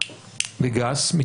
בגס?